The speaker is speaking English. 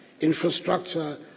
infrastructure